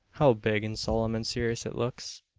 how big, and solemn and serious it looks!